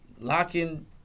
locking